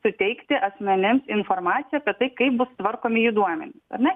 suteikti asmenims informaciją apie tai kaip bus tvarkomi jų duomenys ar ne